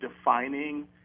defining